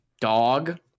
dog